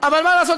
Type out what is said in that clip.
אבל מה לעשות,